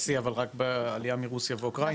מצב שיא, אבל רק בעלייה מרוסיה ואוקראינה.